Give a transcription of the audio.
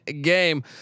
game